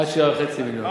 עד 7.5 מיליון.